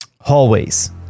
Hallways